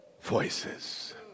voices